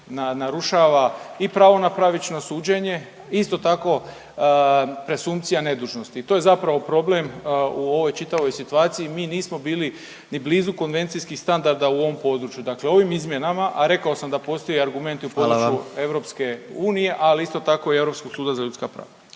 narušava i pravo na pravično suđenje. Isto tako presumpcija nedužnosti i to je zapravo problem u ovoj čitavoj situaciji. Mi nismo bili ni blizu konvencijskih standarda u ovom području, dakle ovim izmjenama, a rekao sam da postoje argumenti u području…/Upadica predsjednik: Hvala vam./… EU, ali isto tako i Europskog suda za ljudska prava.